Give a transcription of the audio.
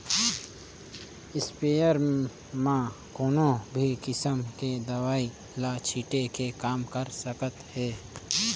sprayer म कोनो भी किसम के दवई ल छिटे के काम कर सकत हे